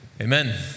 Amen